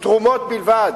מתרומות בלבד,